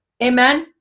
Amen